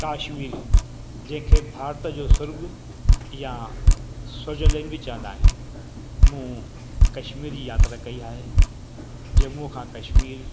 काश्मीर जेके भारत जो स्वर्ग या स्वजरलैंड बि चवंदा आहिनि मूं कश्मीरी यात्रा कई आहे जम्मू खां कश्मीर